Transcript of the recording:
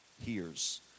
hears